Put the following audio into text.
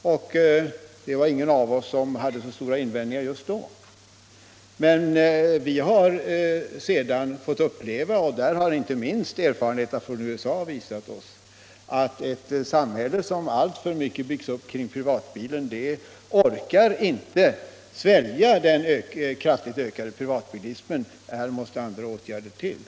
Det var ingen av oss som just då hade så stora invändningar. Men vi har sedan fått uppleva - och det har inte minst erfarenheterna från USA givit vid handen — att ett samhälle som alltför mycket byggs upp kring privatbilen inte orkar svälja den kraftigt ökade privatbilismen. Här måste andra åtgärder till.